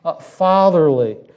fatherly